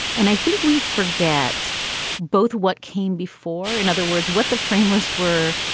and i think we forget both what came before. in other words, what the framers were,